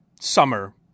summer